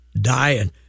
dying